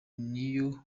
niyo